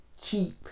cheap